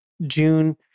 June